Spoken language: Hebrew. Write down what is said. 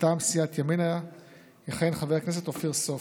מטעם סיעת ימינה יכהן חבר הכנסת אופיר סופר.